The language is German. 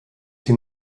den